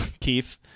Keith